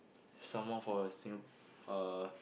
some more for a Singap~ uh